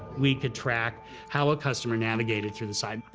we could track how a customer navigated through the site.